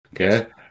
okay